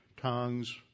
tongues